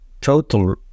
total